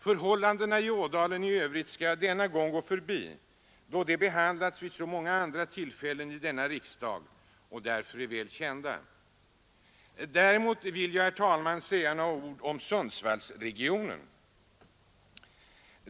Förhållandena i dalen för övrigt skall jag denna gång gå förbi, då de behandlats vid så många andra tillfällen i riksdagen och därför är väl kända. Däremot vill jag, herr talman, säga några ord om Sundsvallsregionen.